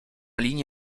linii